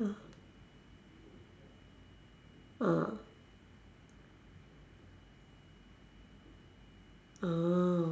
ah ah